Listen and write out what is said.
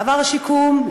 עבר שיקום,